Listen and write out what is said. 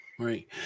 Right